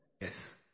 Yes